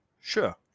Sure